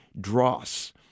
dross